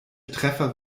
treffer